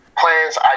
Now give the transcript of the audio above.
Plans